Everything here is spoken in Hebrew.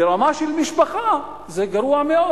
ברמה של משפחה, זה גרוע מאוד.